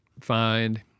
find